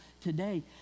today